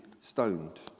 stoned